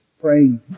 praying